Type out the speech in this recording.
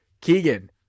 Keegan